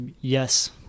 Yes